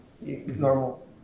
normal